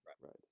Right